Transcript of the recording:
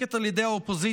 המוחזקת על ידי האופוזיציה,